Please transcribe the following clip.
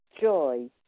joy